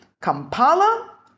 Kampala